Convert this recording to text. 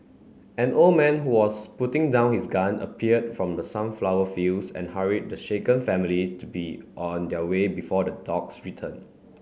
an old man who was putting down his gun appeared from the sunflower fields and hurried the shaken family to be on their way before the dogs return